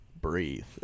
breathe